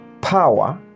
power